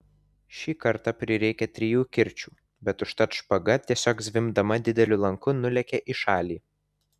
šį kartą prireikė trijų kirčių bet užtat špaga tiesiog zvimbdama dideliu lanku nulėkė į šalį